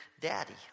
Daddy